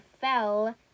fell